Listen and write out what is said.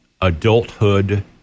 adulthood